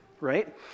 right